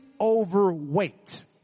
overweight